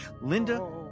Linda